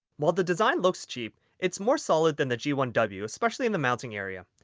while the design looks cheap it's more solid than the g one w especially in the mounting area.